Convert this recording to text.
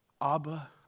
Abba